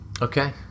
Okay